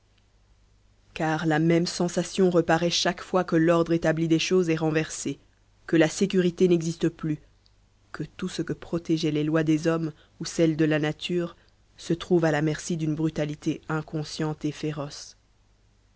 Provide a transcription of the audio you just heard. car la même sensation reparaît chaque fois que l'ordre établi des choses est renversé que la sécurité n'existe plus que tout ce que protégeaient les lois des hommes ou celles de la nature se trouve à la merci d'une brutalité inconsciente et féroce